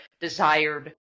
desired